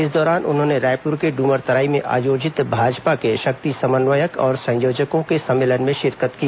इस दौरान उन्होंने रायपुर के ड्मरतराई में आयोजित भाजपा के शक्ति समन्वयक और संयोजकों के सम्मेलन में शिरकत की